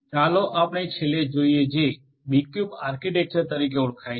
ચાલો આપણે છેલ્લે જોઈએ જે બીક્યુબ આર્કિટેક્ચર તરીકે ઓળખાય છે